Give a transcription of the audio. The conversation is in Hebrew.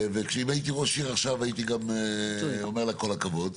ואם הייתי ראש עיר עכשיו הייתי גם אומר לה כל הכבוד.